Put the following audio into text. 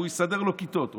והוא יסדר לו כיתות,